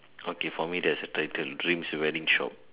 okay for me there is a title dreams wedding shop